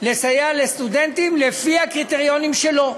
לסייע לסטודנטים לפי הקריטריונים שלה.